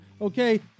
okay